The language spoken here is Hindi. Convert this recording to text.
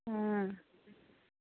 हाँ